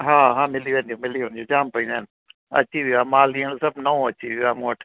हा हा मिली वेंदियूं मिली वेंदियूं जामु पयूं आहिनि अची वियो आहे माल हींअर सभु नओं अची वियो आहे मूं वटि